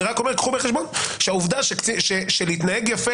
אני רק אומר שתיקחו בחשבון שהעובדה שלהתנהג יפה